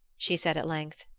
she said at length.